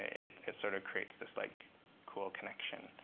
it it sort of creates this like cool connection.